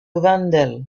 wendel